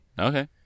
Okay